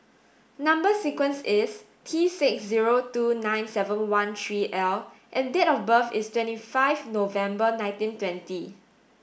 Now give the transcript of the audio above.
number sequence is T six zero two nine seven one three L and date of birth is twenty five November nineteen twenty